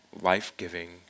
life-giving